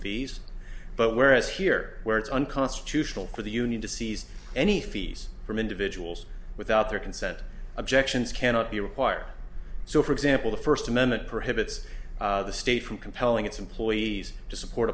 fees but whereas here where it's unconstitutional for the union to seize any fees from individuals without their consent objections cannot be required so for example the first amendment prohibits the state from compelling its employees to support